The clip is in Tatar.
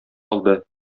алды